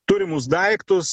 turimus daiktus